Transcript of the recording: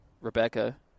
rebecca